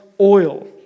oil